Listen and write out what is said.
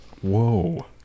Whoa